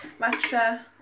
matcha